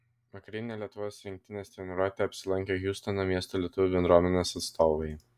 vakarinėje lietuvos rinktinės treniruotėje apsilankė hjustono miesto lietuvių bendruomenės atstovai